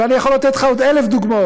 ואני יכול לתת לך עוד אלף דוגמאות,